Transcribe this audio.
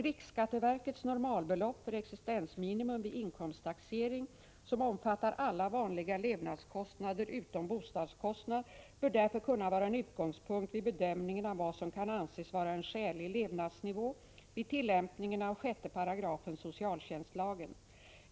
Riksskatteverkets normalbelopp för existensminimum vid inkomsttaxering, som omfattar alla vanliga levnadsomkostnader utom bostadskostnad, bör därför kunna vara en utgångspunkt vid bedömningen av vad som kan anses vara en skälig levnadsnivå vid tillämpningen av 6 § socialtjänstlagen.